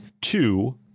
two